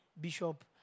bishop